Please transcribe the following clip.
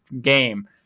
game